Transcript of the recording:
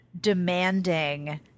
demanding